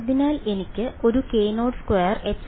അതിനാൽ എനിക്ക് ഒരു k02εr − 1E ഉണ്ട്